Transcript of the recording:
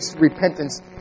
repentance